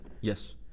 Yes